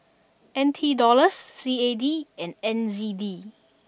N T Dollars C A D and N Z D